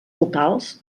locals